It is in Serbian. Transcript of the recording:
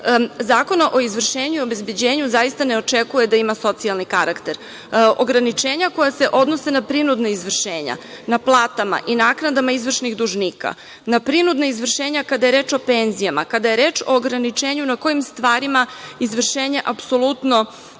Zakona o izvršenju i obezbeđenju zaista ne očekuje da ima socijalni karakter, ograničenja koja se odnose na prinudna izvršenja, na platama i naknadama izvršnih dužnika, na prinudna izvršenja kada je reč o penzijama, kada je reč o ograničenju na kojim stvarima izvršenje apsolutno